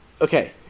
okay